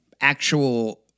actual